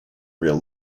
real